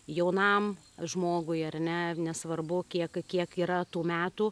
jaunam žmogui ar ne nesvarbu kiek kiek yra tų metų